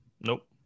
nope